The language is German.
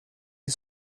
die